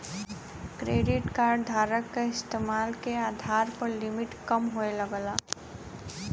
credit card धारक क इस्तेमाल के आधार पर लिमिट कम होये लगला